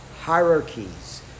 hierarchies